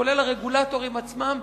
כולל הרגולטורים עצמם,